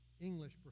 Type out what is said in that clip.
English